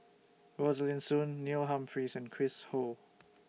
Rosaline Soon Neil Humphreys and Chris Ho